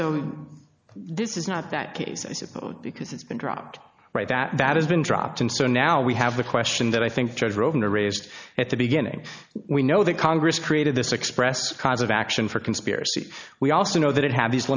so this is not that case i suppose because it's been dropped right that has been dropped and so now we have the question that i think george roden are raised at the beginning we know that congress created this express cause of action for conspiracy we also know that it had these